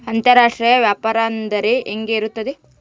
ಅಂತರಾಷ್ಟ್ರೇಯ ವ್ಯಾಪಾರ ಅಂದರೆ ಹೆಂಗೆ ಇರುತ್ತದೆ?